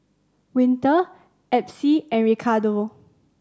Winter Epsie and Ricardo